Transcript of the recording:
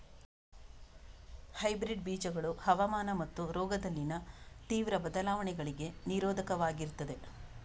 hybrid ಬೀಜಗಳು ಹವಾಮಾನ ಮತ್ತು ರೋಗದಲ್ಲಿನ ತೀವ್ರ ಬದಲಾವಣೆಗಳಿಗೆ ನಿರೋಧಕವಾಗಿರ್ತದೆ